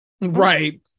Right